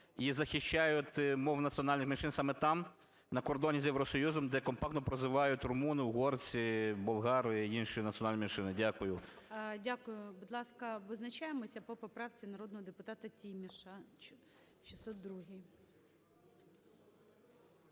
і захищають мови національних меншин саме там на кордоні з Євросоюзом, де компактно проживають румуни, угорці, болгари і інші національні меншини. Дякую. ГОЛОВУЮЧИЙ. Дякую. Будь ласка, визначаємося по поправці народного депутата Тіміша 602-й.